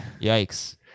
Yikes